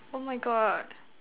oh my God